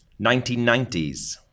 1990s